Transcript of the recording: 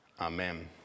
Amen